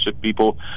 people